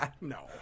No